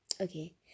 Okay